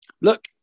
look